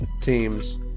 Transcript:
teams